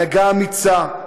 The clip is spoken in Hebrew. הנהגה אמיצה,